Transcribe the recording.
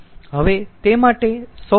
હવે તે માટે સૌર ઉર્જાનો ઉપયોગ કરી શકે છે